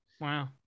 Wow